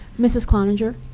mrs. cloninger?